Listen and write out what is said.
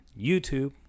youtube